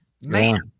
man